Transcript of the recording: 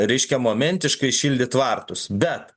reiškia momentiškai šildyt tvartus bet